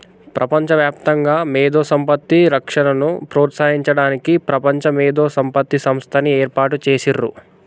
ప్రపంచవ్యాప్తంగా మేధో సంపత్తి రక్షణను ప్రోత్సహించడానికి ప్రపంచ మేధో సంపత్తి సంస్థని ఏర్పాటు చేసిర్రు